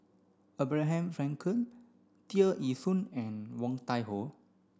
Abraham Frankel Tear Ee Soon and Woon Tai Ho